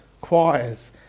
choirs